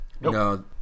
No